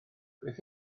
beth